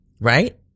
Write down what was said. Right